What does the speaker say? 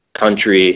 country